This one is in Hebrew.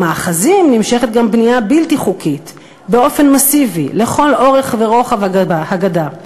במאחזים נמשכת גם בנייה בלתי חוקית באופן מסיבי לכל אורך ורוחב הגדה.